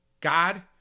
God